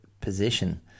position